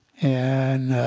and